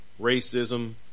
racism